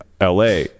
LA